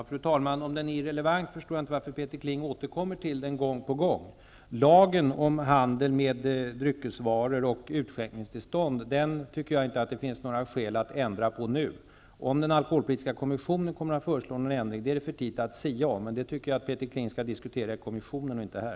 Fru talman! Om den är irrelevant förstår jag inte varför Peter Kling återkommer till den gång på gång. Det finns inte några skäl att ändra på lagen om handel med dryckesvaror och utskänkningstillstånd nu. Om den alkoholpolitiska kommissionen kommer att föreslå någon ändring är det för tidigt att sia om. Det tycker jag att Peter Kling skall diskutera i kommissionen och inte här.